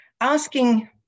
asking